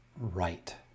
right